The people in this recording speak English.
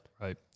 Right